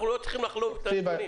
אנחנו לא צריכים לחלוב את הנתונים.